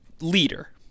leader